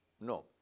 No